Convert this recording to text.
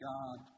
God